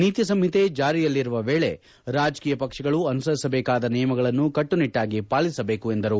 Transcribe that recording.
ನೀತಿ ಸಂಹಿತೆ ಜಾರಿಯಲ್ಲಿರುವ ವೇಳೆ ರಾಜಕೀಯ ಪಕ್ಷಗಳು ಅನುಸರಿಸಬೇಕಾದ ನಿಯಮಗಳನ್ನು ಕಟ್ಟುನಿಟ್ಟಾಗಿ ಪಾಲಿಸಬೇಕು ಎಂದರು